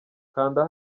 kanda